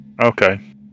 Okay